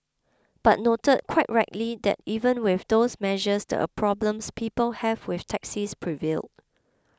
but noted quite rightly that even with those measures the a problems people have with taxis prevailed